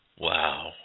Wow